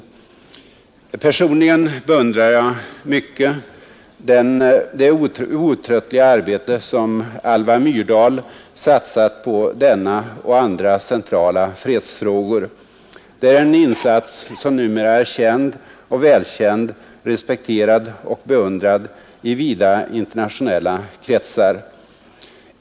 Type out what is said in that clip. Personligen beundrar jag mycket det outtröttliga arbete som Alva Myrdal satsat på denna och andra centrala fredsfrågor. Det är en insats som numera är känd och välkänd, respekterad och beundrad i vida internationella kretsar.